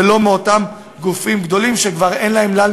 ולא מאותם גופים גדולים שכבר אין להם לאן